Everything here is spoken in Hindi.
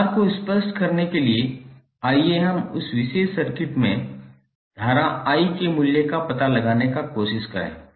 अब विचार को स्पष्ट करने के लिए आइए हम इस विशेष सर्किट में धारा I के मूल्य का पता लगाने का प्रयास करें